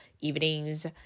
evenings